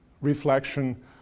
reflection